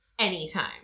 Anytime